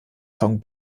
song